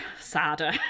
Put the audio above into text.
sadder